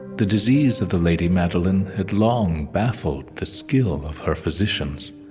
the disease of the lady madeline had long baffled the skill of her physicians